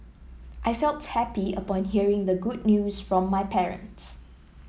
I felt happy upon hearing the good news from my parents